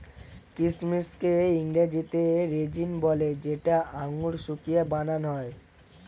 কিচমিচকে ইংরেজিতে রেজিন বলে যেটা আঙুর শুকিয়ে বানান হয়